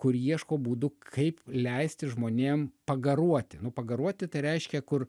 kur ieško būdų kaip leisti žmonėm pagaruoti nu pagaruoti tai reiškia kur